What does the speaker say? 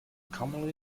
commonly